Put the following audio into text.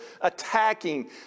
attacking